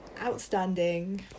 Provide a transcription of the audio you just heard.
Outstanding